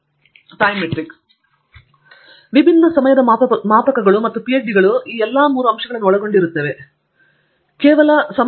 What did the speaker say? ತಂಗಿರಾಲಾ ವಿಭಿನ್ನ ಸಮಯದ ಮಾಪಕಗಳು ಮತ್ತು ಪಿಎಚ್ಡಿಗಳು ಈ ಎಲ್ಲಾ ಮೂರು ಅಂಶಗಳನ್ನು ಒಳಗೊಂಡಿರುತ್ತವೆ ಮತ್ತು ಆಳವಾಗಿ ಒಮ್ಮುಖವಾಗುತ್ತವೆ